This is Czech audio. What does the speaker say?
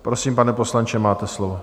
Prosím, pane poslanče, máte slovo.